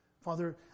Father